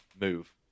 move